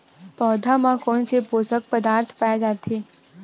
पौधा मा कोन से पोषक पदार्थ पाए जाथे?